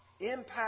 impact